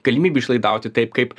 galimybių išlaidauti taip kaip